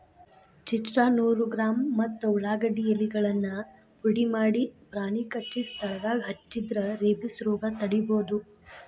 ಚಿರ್ಚ್ರಾ ನೂರು ಗ್ರಾಂ ಮತ್ತ ಉಳಾಗಡ್ಡಿ ಎಲೆಗಳನ್ನ ಪುಡಿಮಾಡಿ ಪ್ರಾಣಿ ಕಚ್ಚಿದ ಸ್ಥಳದಾಗ ಹಚ್ಚಿದ್ರ ರೇಬಿಸ್ ರೋಗ ತಡಿಬೋದು